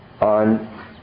on